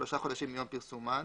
שלושה חודשים מיום פרסומן